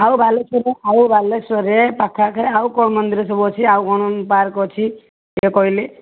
ଆଉ ବାଲେଶ୍ୱରରେ ଆଉ ବାଲେଶ୍ୱରରେ ପାଖଆଖରେ ଆଉ କ'ଣ ମନ୍ଦିର ସବୁ ଅଛି ଆଉ କ'ଣ ପାର୍କ ଅଛି ଟିକିଏ କହିଲେ